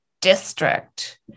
district